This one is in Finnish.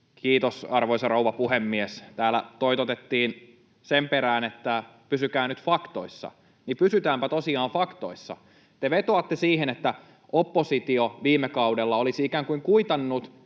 Kiitos, arvoisa rouva puhemies! Kun täällä toitotettiin sen perään, että pysykää nyt faktoissa, niin pysytäänpä tosiaan faktoissa. Te vetoatte siihen, että oppositio viime kaudella olisi ikään kuin kuitannut